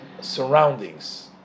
surroundings